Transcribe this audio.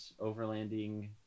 overlanding